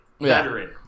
veteran